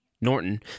Norton